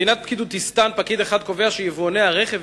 במדינת פקידותיסטן פקיד אחד קובע שיבואני הרכב